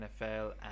nfl